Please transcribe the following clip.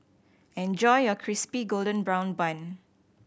enjoy your Crispy Golden Brown Bun